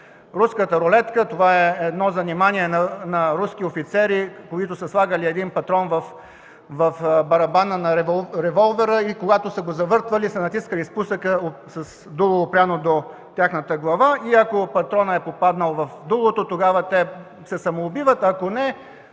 Руската рулетка е занимание на руски офицери, които са слагали един патрон в барабана на револвера и когато са го завъртали, са натискали спусъка с дуло, опряно до тяхната глава. Ако патронът е попаднал в дулото, тогава те се самоубиват, а ако не